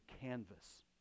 canvas